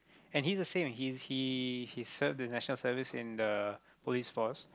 and he's the same he he he serve the National Service in the Police Force